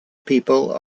people